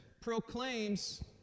proclaims